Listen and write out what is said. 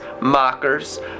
mockers